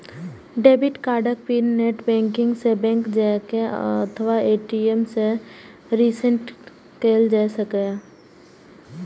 debit कार्डक PIN net banking सं, bank जाके अथवा ए.टी.एम सं रीसेट कैल जा सकैए